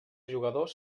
jugadors